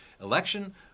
election